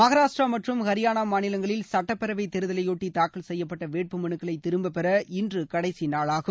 மகாராஷ்டிரா மற்றும் ஹரியானா மாநிலங்களில் சட்டப்பேரவை தேர்தலையொட்டி தாக்கல் செய்யப்பட்ட வேட்புமனுக்களை திரும்பப்பெற இன்று கடைசி நாளாகும்